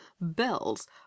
Bells